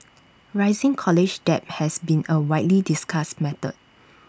rising college debt has been A widely discussed matter